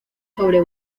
sobre